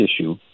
issue